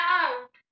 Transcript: out